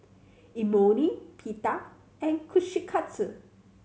Imoni Pita and Kushikatsu